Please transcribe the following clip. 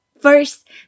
First